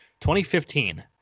2015